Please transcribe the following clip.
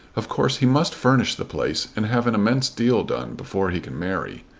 of course he must furnish the place and have an immense deal done before he can marry.